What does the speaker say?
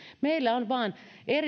meillä on vain